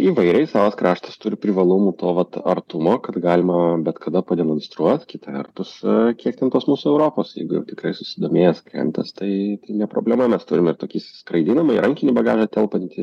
įvairiai savas kraštas turi privalumų to vat artumo kad galima bet kada pademonstruot kita vertus kiek ten tos mūsų europos jeigu jau tikrai susidomėjęs klientas tai tai ne problema mes turim ir tokį skraidinamą į rankinį bagažą telpantį